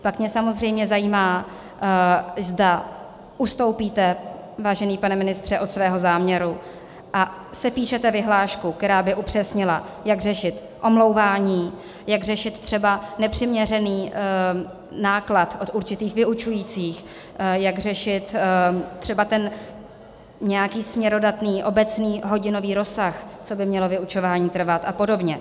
Pak mě samozřejmě zajímá, zda ustoupíte, vážený pane ministře, od svého záměru a sepíšete vyhlášku, která by upřesnila, jak řešit omlouvání, jak řešit třeba nepřiměřený náklad od určitých vyučujících, jak řešit třeba ten nějaký směrodatný obecný hodinový rozsah, co by mělo vyučování trvat, a podobně.